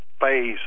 phase